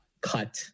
cut